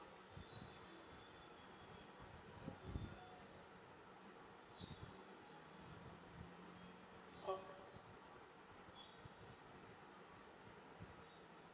oh